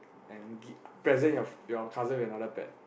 and gi~ present your your cousin with another pet